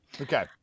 Okay